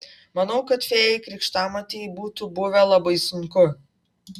manau kad fėjai krikštamotei būtų buvę labai sunku